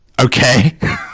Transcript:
Okay